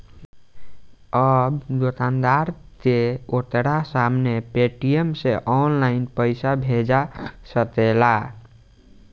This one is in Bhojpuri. अब दोकानदार के ओकरा सामने पेटीएम से ऑनलाइन पइसा भेजा सकेला